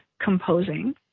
composing